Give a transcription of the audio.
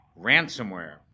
Ransomware